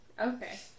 Okay